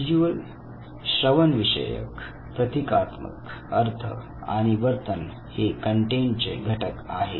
visual श्रवणविषयक प्रतीकात्मक अर्थ आणि वर्तन हे कंटेट चे घटक आहे